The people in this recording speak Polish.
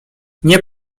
nie